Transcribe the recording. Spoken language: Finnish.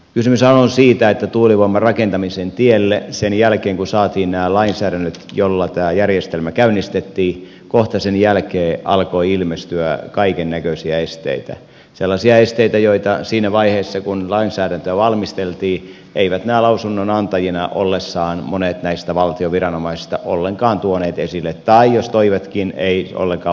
kysymyshän on siitä että tuulivoiman rakentamisen tielle kohta sen jälkeen kun saatiin nämä lainsäädännöt joilla tämä järjestelmä käynnistettiin alkoi ilmestyä kaikennäköisiä esteitä sellaisia esteitä joita siinä vaiheessa kun lainsäädäntöä valmisteltiin eivät lausunnonantajina ollessaan monet näistä valtion viranomaisista ollenkaan tuoneet esille tai jos toivatkin eivät ollenkaan vakavana huolena